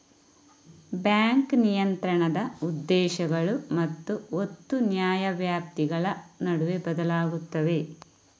bank ನಿಯಂತ್ರಣದ ಉದ್ದೇಶಗಳು ಮತ್ತು ಒತ್ತು ನ್ಯಾಯವ್ಯಾಪ್ತಿಗಳ ನಡುವೆ ಬದಲಾಗುತ್ತವೆ